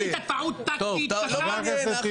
אתה עשית טעות טקטית כשאתה התנגדת.